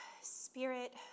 spirit